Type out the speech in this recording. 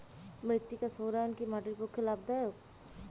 মৃত্তিকা সৌরায়ন কি মাটির পক্ষে লাভদায়ক?